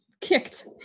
kicked